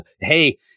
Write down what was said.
hey